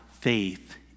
Faith